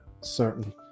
certain